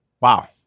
Wow